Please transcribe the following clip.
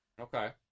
Okay